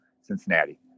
Cincinnati